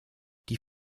die